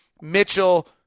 Mitchell